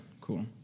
cool